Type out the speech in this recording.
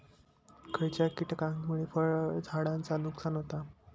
खयच्या किटकांमुळे फळझाडांचा नुकसान होता?